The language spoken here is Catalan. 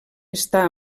està